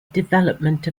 development